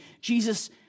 Jesus